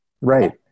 Right